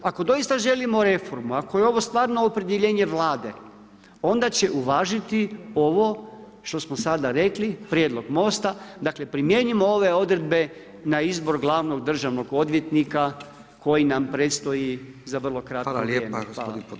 Ako doista želimo reformu, ako je ovo stvarno opredjeljenje Vlade onda će uvažiti ovo što smo sada rekli, prijedlog Mosta, dakle, primijenimo ove odredbe na izbor glavnog državnog odvjetnika koji nam predstoji za vrlo kratko vrijeme.